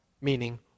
meaning